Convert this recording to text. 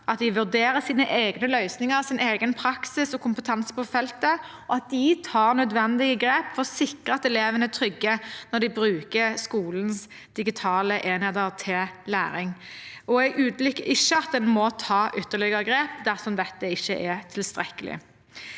at de vurderer sine egne løsninger, sin egen praksis og kompetanse på feltet, og at de tar nødvendige grep for å sikre at elevene er trygge når de bruker skolens digitale enheter til læring. Jeg utelukker ikke at en må ta ytterligere grep dersom dette ikke er tilstrekkelig.